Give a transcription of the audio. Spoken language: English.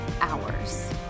hours